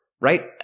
right